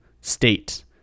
State